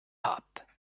hop